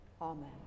amen